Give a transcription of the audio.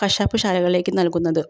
കശാപ്പ് ശാലകളിലേക്കു നൽകുന്നത്